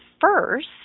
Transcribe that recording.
first